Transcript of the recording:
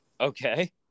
Okay